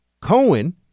Cohen